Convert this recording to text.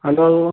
hello